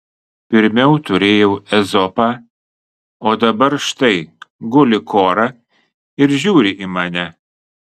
pirmiau turėjau ezopą o dabar štai guli kora ir žiūri į mane